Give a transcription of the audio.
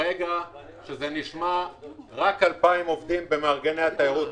יש 2,000 עובדים ממארגני התיירות,